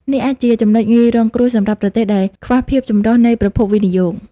នេះអាចជាចំណុចងាយរងគ្រោះសម្រាប់ប្រទេសដែលខ្វះភាពចម្រុះនៃប្រភពវិនិយោគ។